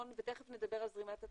תיכף נדבר על זרימת התשלומים,